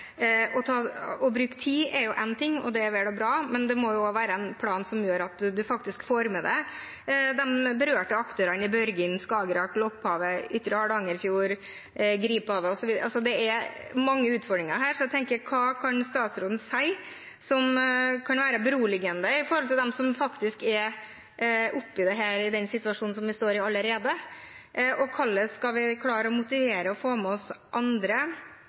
er vel og bra, men det må også være en plan som gjør at man faktisk får med seg de berørte artene i Børgin, Skagerrak, Lopphavet, Ytre Hardangerfjord, Griphavet osv. Det er mange utfordringer her. Hva kan statsråden si som kan være beroligende for dem som faktisk allerede står oppe i den situasjonen vi har, og hvordan skal vi klare å motivere og få med oss andre